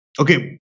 okay